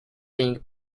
being